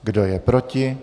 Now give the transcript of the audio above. Kdo je proti?